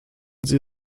sie